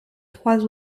trois